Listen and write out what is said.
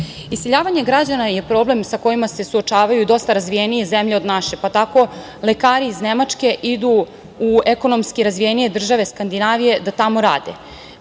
države. Iseljavanje građana je problem sa kojima se suočavaju dosta razvijenije zemlje od naše, pa tako lekari iz Nemačke idu u ekonomski razvijenije države Skandinavije da tamo rade.